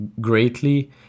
greatly